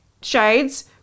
shades